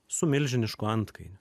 su milžinišku antkainiu